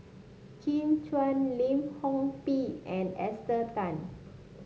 Kin Chui Lim Chor Pee and Esther Tan